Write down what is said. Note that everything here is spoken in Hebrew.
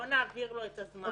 בוא נעביר לו את הזמן.